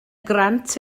grant